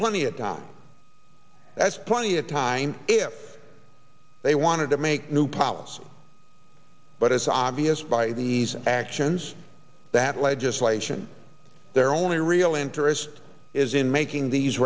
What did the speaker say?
plenty of time that's plenty of time if they wanted to make new policy but it's obvious by these actions that legislation their only real interest is in making these